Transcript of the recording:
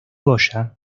goya